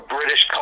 British